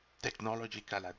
Technological